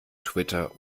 twitter